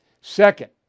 Second